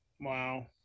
Wow